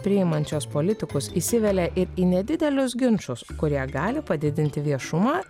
priimančios politikus įsivelia ir į nedidelius ginčus kurie gali padidinti viešumą